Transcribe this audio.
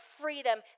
freedom